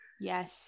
Yes